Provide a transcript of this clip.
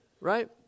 Right